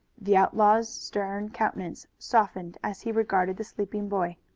the outlaw's stern countenance softened as he regarded the sleeping boy.